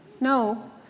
No